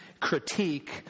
critique